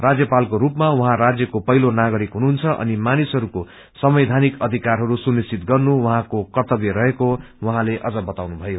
राज्यपालको रूपमा उहाँ राज्यको पहिलो नागरिक हुनुहुन्छ अनि मानिसहरूको संवैधानिक अधकरहरू सुनिश्चित गर्नु उहाँको कर्त्तव्य रहेको उहाँले अझ बताउनुभयो